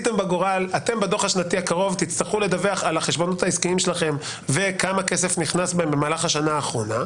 על החשבונות העסקיים שלה וכמה כסף נכנס בהם מהלך השנה האחרונה.